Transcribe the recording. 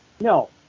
No